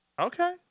Okay